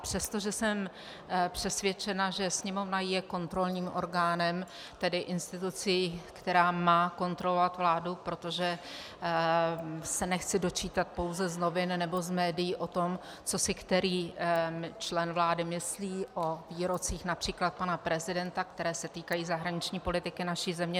Přestože jsem přesvědčena, že Sněmovna je kontrolním orgánem, tedy institucí, která má kontrolovat vládu, protože se nechci dočítat pouze z novin nebo z médií o tom, co si který člen vlády myslí o výrocích například pana prezidenta, které se týkají zahraniční politiky naší země.